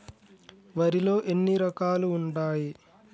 వరిలో ఎన్ని రకాలు ఉంటాయి?